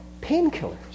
painkillers